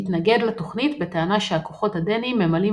התנגד לתוכנית בטענה שהכוחות הדניים ממלאים